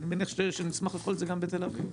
אני מניח שנשמח לאכול את זה גם בתל אביב.